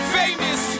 famous